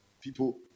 people